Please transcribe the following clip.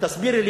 ותסבירי לי,